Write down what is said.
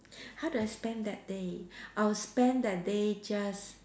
how do I spend that day I will spend that day just